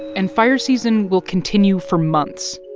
and fire season will continue for months.